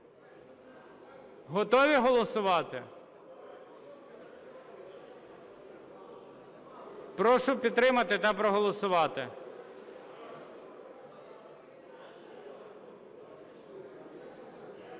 Готові голосувати? Прошу підтримати та проголосувати.